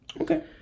Okay